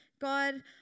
God